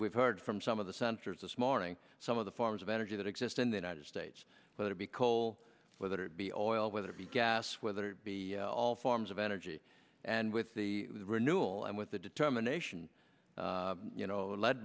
we've heard from some of the senators this morning some of the forms of energy that exist in the united states but to be coal whether it be oil whether it be gas whether it be all forms of energy and with the renewal and with the determination you know led